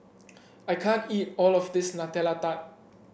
I can't eat all of this Nutella Tart